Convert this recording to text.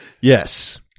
yes